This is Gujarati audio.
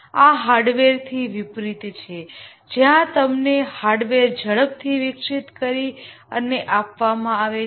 આ હાર્ડવેરથી વિપરીત છે જ્યાં તમને હાર્ડવેર ઝડપથી વિકસિત કરી અને આપવામાં આવે છે